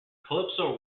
calypso